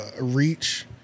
reach